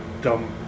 dumb